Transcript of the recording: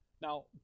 Now